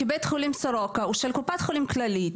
כי בית חולים סורוקה הוא של קופת חולים כללית.